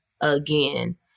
again